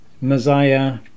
Messiah